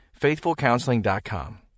FaithfulCounseling.com